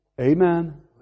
Amen